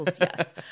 Yes